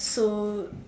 so